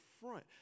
front